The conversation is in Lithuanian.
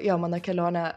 jo mano kelionę